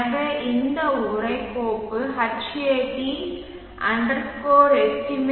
எனவே இந்த உரை கோப்பு hat estimate